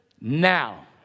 now